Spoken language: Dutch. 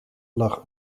lag